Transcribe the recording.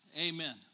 Amen